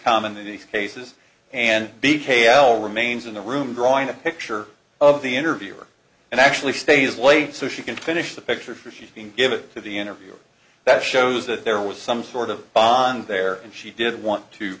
common in these cases and b k l remains in the room drawing a picture of the interviewer and actually stays late so she can finish the picture for she's being given to the interviewer that shows that there was some sort of bond there and she did want to